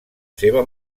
seva